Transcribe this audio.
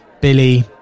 Billy